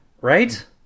right